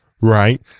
Right